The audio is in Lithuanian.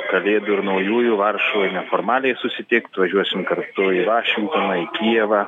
kalėdų ir naujųjų varšuvoj neformaliai susitikt važiuosim kartu į vašingtoną į kijevą